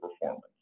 performance